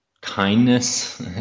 kindness